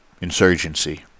insurgency